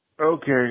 okay